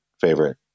favorite